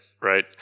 right